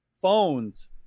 phones